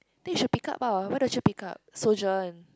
then you should pick up ah why don't you pick up